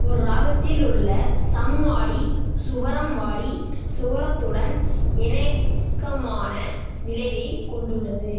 ஒரு ராகத்தில் உள்ள சம்வாடி ஸ்வரம் வாடி ஸ்வரத்துடன் இணக்கமான விளைவை கொண்டுள்ளது